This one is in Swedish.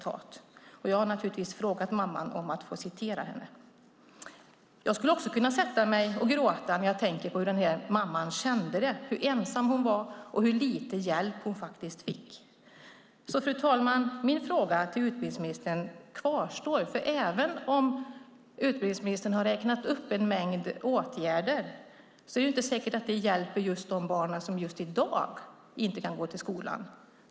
Jag har naturligtvis frågat mamman om att få citera henne. Också jag skulle kunna sätta mig och gråta när jag tänker på hur den mamman kände det, hur ensam hon var och hur lite hjälp hon fick. Min fråga till utbildningsministern kvarstår alltså, fru talman. Även om utbildningsministern har räknat upp en mängd åtgärder är det inte säkert att de hjälper de barn som just i dag inte kan gå till skolan.